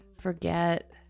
Forget